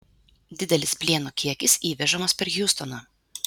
didelis plieno kiekis įvežamas per hjustoną